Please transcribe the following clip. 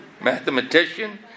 mathematician